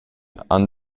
han